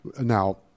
Now